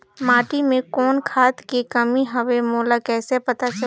माटी मे कौन खाद के कमी हवे मोला कइसे पता चलही?